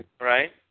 right